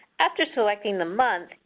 after selecting the month,